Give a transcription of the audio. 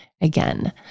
again